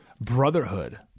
brotherhood